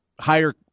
higher